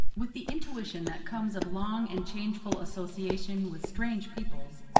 with the intuition that comes of long and changeful association with strange peoples,